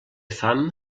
fam